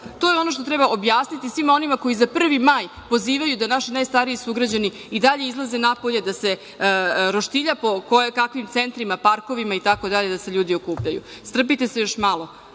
To je ono što treba objasniti svima onima koji za 1. maj pozivaju da naši najstariji sugrađani i dalje izlaze napolje, da se roštilja po kojekakvim centrima, parkovima itd. da se ljudi okupljaju. Strpite se još malo.